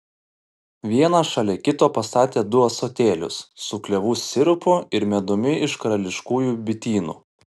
vieną šalia kito pastatė du ąsotėlius su klevų sirupu ir medumi iš karališkųjų bitynų